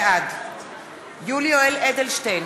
בעד יולי יואל אדלשטיין,